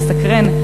מסקרן,